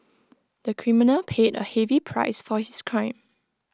the criminal paid A heavy price for his crime